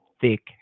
thick